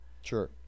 Sure